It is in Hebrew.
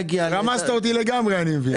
רמסת אותי לגמרי, אני מבין.